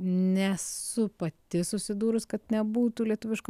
nesu pati susidūrus kad nebūtų lietuviško